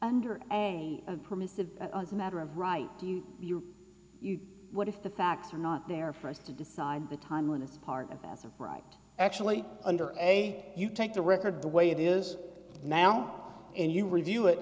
under a permissive as a matter of right to you what if the facts are not there for us to decide the time when it's part of that's a right actually under a you take the record the way it is now and you review it